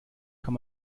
kann